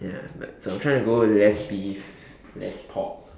ya but so I'm trying to go less beef less pork